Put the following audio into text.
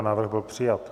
Návrh byl přijat.